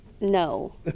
No